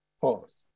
Pause